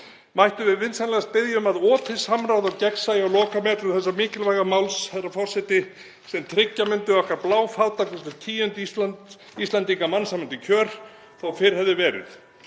Mættum við vinsamlegast biðja um opið samráð og gagnsæi á lokametrum þessa mikilvæga máls, herra forseti, sem tryggja myndi okkar bláfátækustu tíund Íslendinga mannsæmandi kjör og þó fyrr hefði verið.